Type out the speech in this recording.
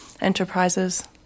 Enterprises